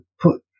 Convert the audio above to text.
put